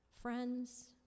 friends